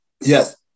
Yes